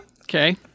Okay